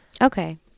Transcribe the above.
Okay